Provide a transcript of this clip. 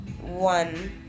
one